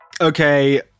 Okay